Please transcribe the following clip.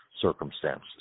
circumstances